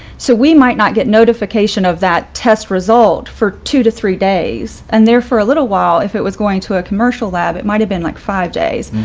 so we might not get notification of that test result for two to three days. and there for a little while, if it was going to a commercial lab, it might have been like five days.